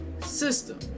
system